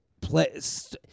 place